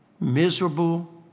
Miserable